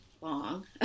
long